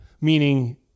Meaning